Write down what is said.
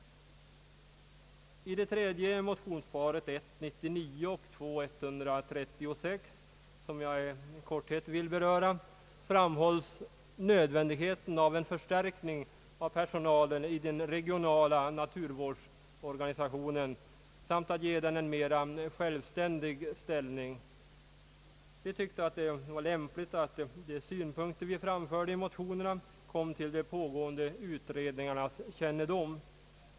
I det tredje motionsparet, 1:99 och II: 136, som jag i korthet vill beröra, framhålls nödvändigheten av att förstärka personalen i den regionala na turvårdsorganisationen samt att ge den en mera självständig ställning. Vi tyckte det var lämpligt att de synpunkter vi framförde i motionerna kom till de pågående utredningarnas kännedom.